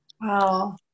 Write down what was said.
Wow